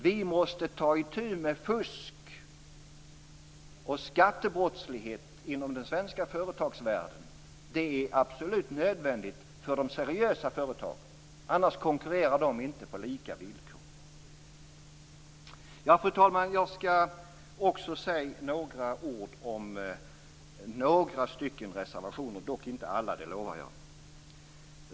Vi måste ta itu med fusk och skattebrottslighet inom den svenska företagsvärlden. Det är absolut nödvändigt för de seriösa företagen. Annars konkurrerar de inte på lika villkor. Fru talman! Jag skall också säga några ord om några reservationer - dock inte alla, det lovar jag.